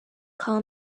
call